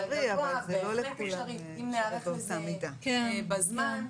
זה אפשרי אם ניערך לזה בזמן.